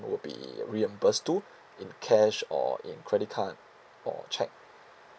will be reimburse to in cash or in credit card or check